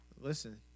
Listen